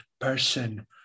person